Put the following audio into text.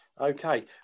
Okay